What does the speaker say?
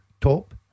Top